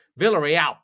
Villarreal